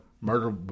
murder